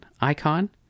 icon